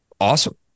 awesome